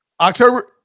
October